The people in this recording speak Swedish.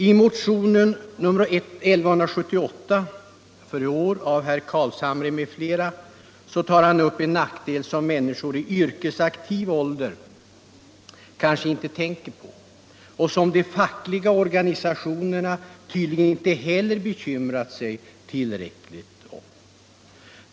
I motionen 1975/76:1178 av herr Carlshamre m.fl. tas upp en nackdel som människor i yrkesaktiv ålder kanske inte tänker på och som de fackliga organisationerna tydligen inte heller har bekymrat sig tillräckligt mycket om.